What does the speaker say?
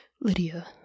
Lydia